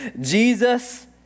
Jesus